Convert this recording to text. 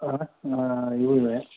ಹಾಂ ಇವು ಇವೆ